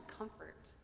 comfort